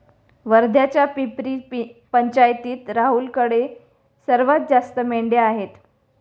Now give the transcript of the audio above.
वर्ध्याच्या पिपरी पंचायतीत राहुलकडे सर्वात जास्त मेंढ्या आहेत